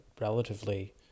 relatively